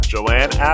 Joanne